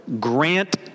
grant